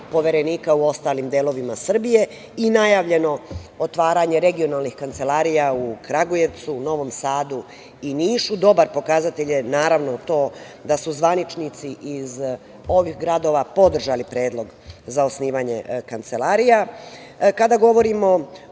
Poverenika u ostalim delovima Srbije i najavljeno otvaranje regionalnih kancelarija u Kragujevcu, Novom Sadu i Nišu. Dobar pokazatelj je, naravno, i to da su zvaničnici iz ovih gradova podržali predlog za osnivanje kancelarija. Kada govorimo